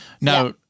Now